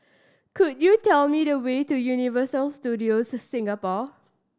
could you tell me the way to Universal Studios Singapore